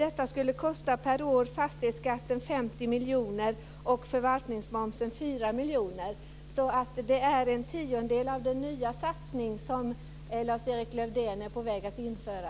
Detta skulle kosta fastighetsskatten 4 miljoner. Det är en tiondel av den nya satsning som Lars-Erik Lövdén är på väg att införa.